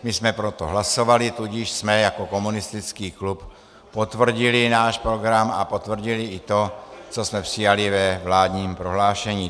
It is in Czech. My jsme pro to hlasovali, tudíž jsme jako komunistický klub potvrdili náš program a potvrdili i to, co jsme přijali ve vládním prohlášení.